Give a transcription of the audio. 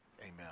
Amen